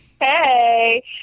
Hey